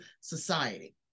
society